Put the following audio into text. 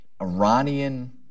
Iranian